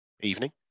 evening